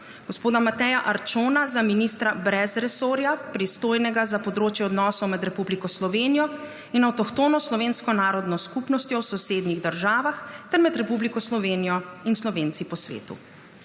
gospoda Mateja Arčona za ministra brez resorja, pristojnega za področje odnosov med Republiko Slovenijo in avtohtono slovensko narodno skupnostjo v sosednjih državah ter med Republiko Slovenijo in Slovenci po svetu,